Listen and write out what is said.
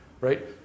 right